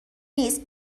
نیست